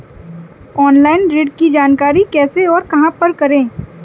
Online ऋण की जानकारी कैसे और कहां पर करें?